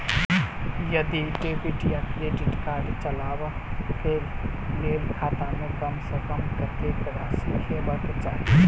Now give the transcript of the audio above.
यदि डेबिट वा credit card चलबाक कऽ लेल खाता मे कम सऽ कम कत्तेक राशि हेबाक चाहि?